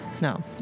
No